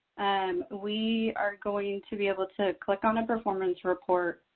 um we are going to be able to click on a performance report